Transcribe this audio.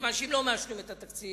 מכיוון שאם לא מאשרים את התקציב,